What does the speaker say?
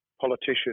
politician